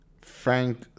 frank